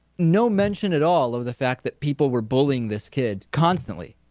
no mention at all of the fact that people were bullying this kid constantly,